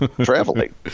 traveling